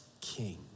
king